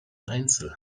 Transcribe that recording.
einzel